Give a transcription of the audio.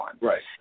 Right